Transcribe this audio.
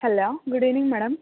hello good evening madam